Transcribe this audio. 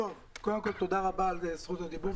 תודה רבה על זכות הדיבור.